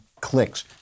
clicks